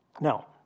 Now